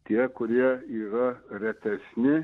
tie kurie yra retesni